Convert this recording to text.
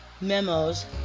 memos